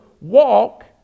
walk